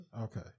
Okay